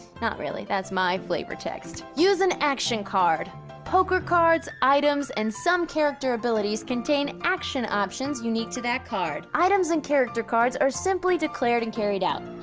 not really, that's my flavor text. use an action card poker cards, items, and some character abilities contain action options unique to that card. items and character cards are simply declared and carried out.